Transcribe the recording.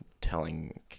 telling